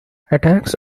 attacks